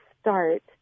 start